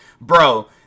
bro